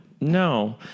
no